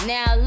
Now